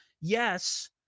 Yes